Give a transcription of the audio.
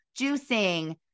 juicing